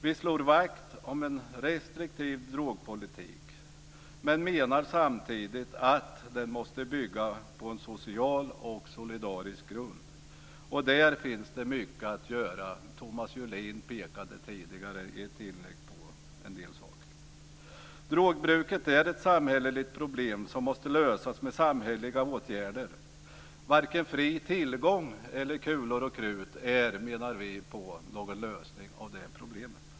Vi slår vakt om en restriktiv drogpolitik men menar samtidigt att den måste bygga på en social och solidarisk grund. Därvidlag finns det mycket att göra. Thomas Julin har tidigare i ett inlägg pekat på en del sådana saker. Drogbruket är ett samhälleligt problem som måste lösas med samhälleliga åtgärder. Vi menar att varken fri tillgång eller kulor och krut är någon lösning på det här problemet.